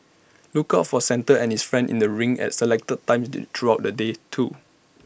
look out for Santa and his friends in the rink at selected times in throughout the day too